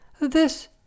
This